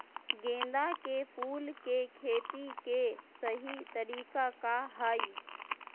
गेंदा के फूल के खेती के सही तरीका का हाई?